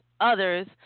Others